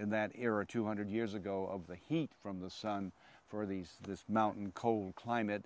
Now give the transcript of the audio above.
in that era two hundred years ago of the heat from the sun for these this mountain cold climate